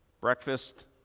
Breakfast